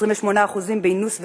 28% באינוס ובעילה,